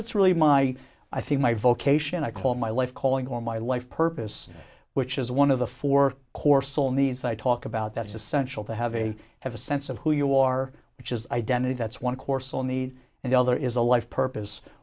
it's really my i think my vocation i call my life calling or my life purpose which is one of the four core soul needs i talk about that's essential to have a have a sense of who you are which is identity that's one course all need and the other is a life purpose